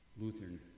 Lutheran